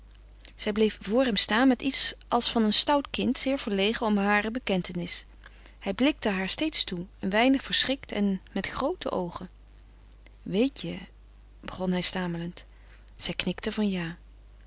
zij bleef vr hem staan met iets als van een stout kind zeer verlegen om hare bekentenis hij blikte haar steeds toe een weinig verschrikt met groote oogen weet je begon hij stamelend zij knikte van ja